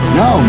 no